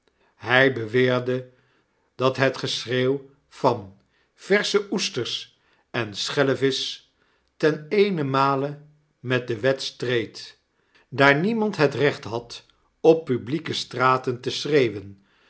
hy beweerde dat het geschreeuw van versche oesters en schellevisch ten eenenmale met de wet streed daar niemand het recht had op publieke straten te schreeuwen